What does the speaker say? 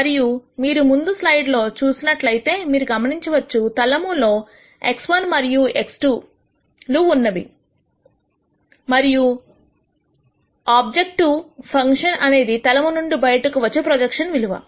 మరియు మీరు ముందు సైడ్ చూసినట్లయితే మీరు గమనించవచ్చు తలము లో x1 మరియు x2 ఉన్నవి మరియు ఆబ్జెక్టివ్ ఫంక్షన్ అనేది తలము నుండి బయటకు వచ్చు ప్రొజెక్షన్ విలువ